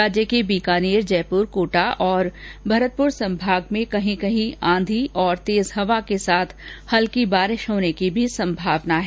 राज्य के बीकानेर जयपुर कोटा और भरतपुर संभाग में कहीं कहीं आंधी तेज हवा के साथ हल्की बारिश भी हो सकती है